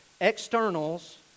externals